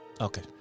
Okay